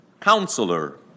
Counselor